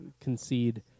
concede